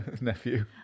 nephew